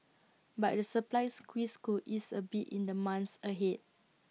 but the supply squeeze could ease A bit in the months ahead